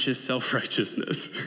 self-righteousness